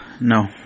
no